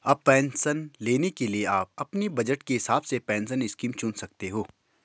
अब पेंशन लेने के लिए आप अपने बज़ट के हिसाब से पेंशन स्कीम चुन सकते हो